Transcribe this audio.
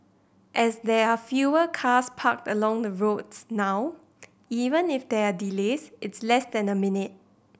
as there are fewer cars parked along the roads now even if there are delays it's less than a minute